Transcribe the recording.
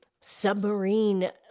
submarine